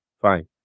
Fine